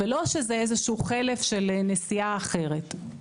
ולא שזה איזשהו חלק של נסיעה אחרת.